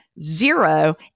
zero